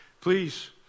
please